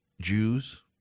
Jews